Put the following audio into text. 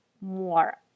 more